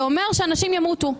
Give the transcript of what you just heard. זה אומר שאנשים ימותו.